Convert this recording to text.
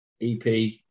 EP